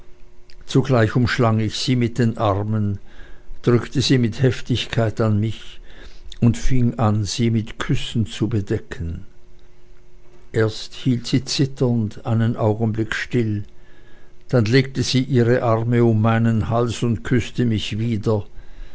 zugleich umschlang ich sie mit den armen drückte sie mit heftigkeit an mich und fing an sie mit küssen zu bedecken erst hielt sie zitternd einen augenblick still dann legte sie ihre arme um meinen hals und küßte mich wieder